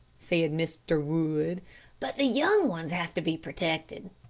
said mr. wood but the young ones have to be protected.